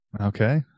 Okay